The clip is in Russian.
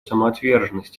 самоотверженность